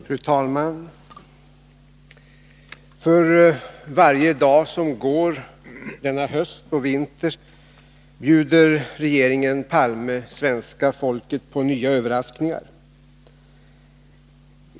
Fru talman! För varje dag som går denna höst och vinter bjuder regeringen Palme svenska folket på nya överraskningar.